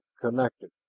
connected